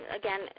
again